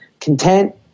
content